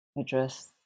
address